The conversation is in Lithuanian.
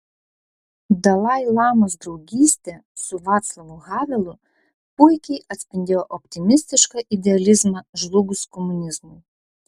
dalai lamos draugystė su vaclavu havelu puikiai atspindėjo optimistišką idealizmą žlugus komunizmui